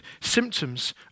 symptoms